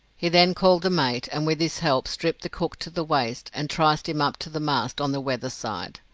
he then called the mate, and with his help stripped the cook to the waist and triced him up to the mast on the weather side.